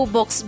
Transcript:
Box